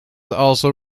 also